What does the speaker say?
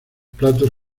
platos